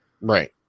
Right